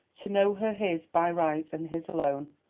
to know her his by right and his alone,